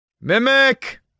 Mimic